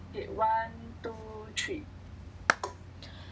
okay one two three